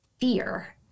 fear